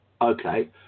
Okay